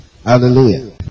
Hallelujah